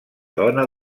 dona